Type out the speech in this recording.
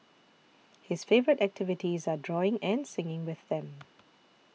his favourite activities are drawing and singing with them